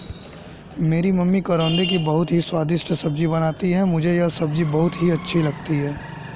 मेरी मम्मी करौंदे की बहुत ही स्वादिष्ट सब्जी बनाती हैं मुझे यह सब्जी बहुत अच्छी लगती है